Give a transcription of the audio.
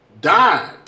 died